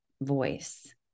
voice